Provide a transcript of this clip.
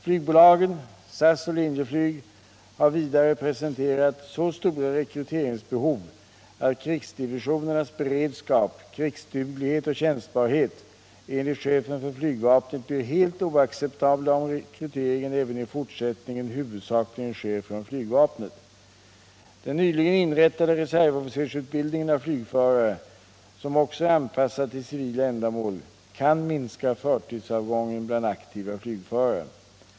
Flygbolagen, SAS och Linjeflyg, har vidare presenterat så stora rekryteringsbehov att krigsdivisionernas beredskap, krigsduglighet och tjänstbarhet enligt chefen för flygvapnet blir helt oacceptabla om rekryteringen även i fortsättningen huvudsakligen sker från flygvapnet. Den nyligen inrättade reservofficersutbildningen av flygförare, som också är anpassad till civila ändamål, kan minska förtidsavgången bland aktiva flygförare.